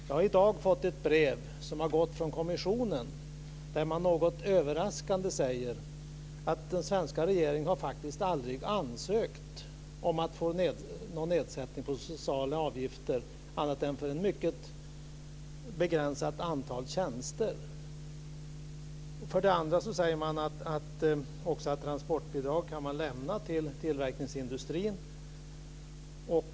Jag har i dag fått ett brev från kommissionen, där man något överraskande säger att den svenska regeringen för det första faktiskt aldrig har ansökt om att få någon nedsättning av sociala avgifter annat än för ett mycket begränsat antal tjänster. För det andra sägs det att man kan lämna transportbidrag till tillverkningsindustrin.